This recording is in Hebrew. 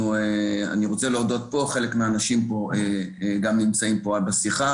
אני רוצה להודות פה לאנשים שחלקם גם נמצאים פה בשיחה